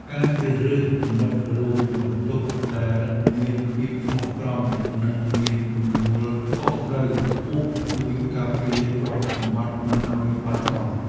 ការជ្រើសរើសមិត្តរួមបន្ទប់ដែលមានភាពស្មោះត្រង់និងមានទំនួលខុសត្រូវខ្ពស់ជួយការពារទ្រព្យសម្បត្តិមិនឱ្យបាត់បង់។